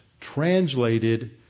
translated